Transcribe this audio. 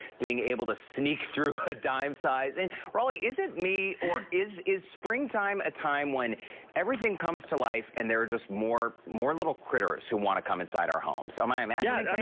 being able to sneak through a dime size. and is it me or is is springtime a time when everything comes to life and there are just more more little critters who want to come inside our homes? am i imagining i mean